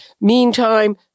Meantime